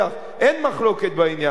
אין מחלוקת בעניין הזה.